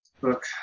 Look